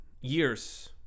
years